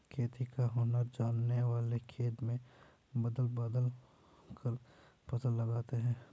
खेती का हुनर जानने वाले खेत में बदल बदल कर फसल लगाते हैं